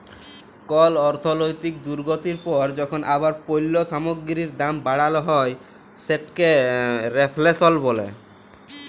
call অর্থলৈতিক দুর্গতির পর যখল আবার পল্য সামগ্গিরির দাম বাড়াল হ্যয় সেটকে রেফ্ল্যাশল ব্যলে